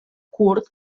curt